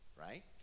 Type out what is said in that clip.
right